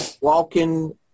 walking